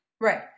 Right